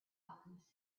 alchemist